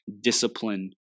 discipline